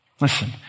Listen